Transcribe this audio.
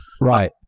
right